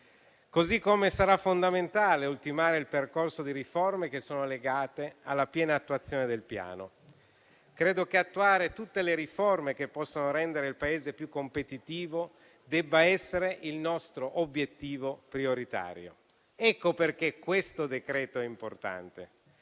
Sarà altresì fondamentale ultimare il percorso di riforme legate alla piena attuazione del Piano. Credo che attuare tutte le riforme che possono rendere il Paese più competitivo debba essere il nostro obiettivo prioritario. Ecco perché questo decreto è importante: